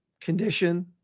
condition